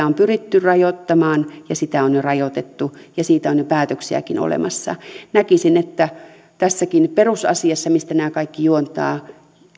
on pyritty rajoittamaan ja on jo rajoitettu ja siitä on jo päätöksiäkin olemassa näkisin että tässäkin perusasiassa mistä nämä kaikki juontavat